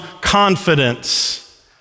confidence